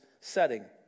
setting